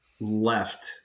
left